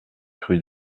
rue